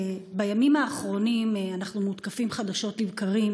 בימים האחרונים אנחנו מותקפים חדשות לבקרים